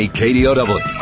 kdow